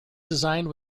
designed